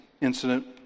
incident